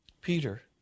Peter